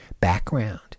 background